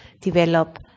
develop